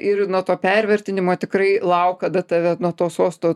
ir nuo to pervertinimo tikrai lauk kada tave nuo to sosto